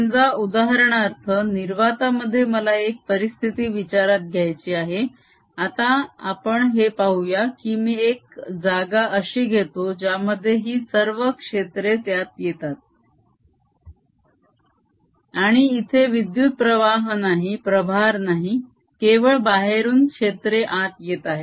समजा उदाहरणार्थ निर्वातामध्ये मला एक परिस्थिती विचारात घ्यायची आहे आता आपण हे पाहूया की मी एक जागा अशी घेतो ज्यामध्ये ही सर्व क्षेत्रे त्यात येतात आणि इथे विद्युत प्रवाह नाही प्रभार नाही केवळ बाहेरून क्षेत्रे आत येत आहेत